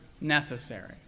necessary